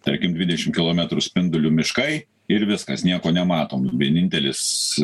tarkim dvidešim kilometrų spinduliu miškai ir viskas nieko nematom vienintelis